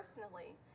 personally